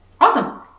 Awesome